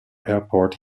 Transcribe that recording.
airport